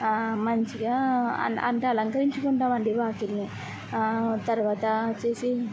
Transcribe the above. మంచిగా అన్ అంటే అలంకరించుకుంటాం అండి వాటిని తర్వాత వచ్చేసి